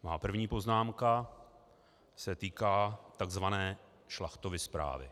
Má první poznámka se týká tzv. Šlachtovy zprávy.